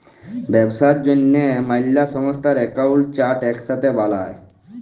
ব্যবসার জ্যনহে ম্যালা সংস্থার একাউল্ট চার্ট ইকসাথে বালায়